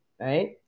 Right